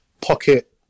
pocket